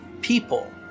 people